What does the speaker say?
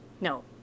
No